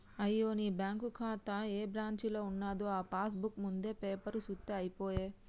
అయ్యో నీ బ్యాంకు ఖాతా ఏ బ్రాంచీలో ఉన్నదో ఆ పాస్ బుక్ ముందు పేపరు సూత్తే అయిపోయే